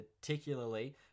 particularly